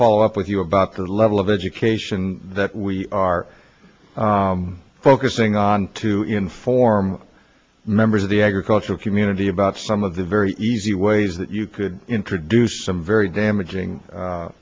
follow up with you about the level of education that we are focusing on to inform members of the agricultural community about some of the very easy ways that you could introduce some very damaging